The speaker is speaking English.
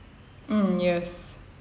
mm yes